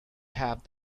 have